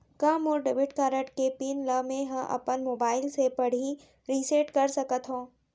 का मोर debit card के पिन ल मैं ह अपन मोबाइल से पड़ही रिसेट कर सकत हो?